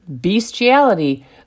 bestiality